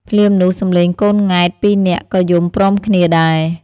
ភ្លាមនោះ សំលេងកូនង៉ែតពីរនាក់ក៏យំព្រមគ្នាដែរ ។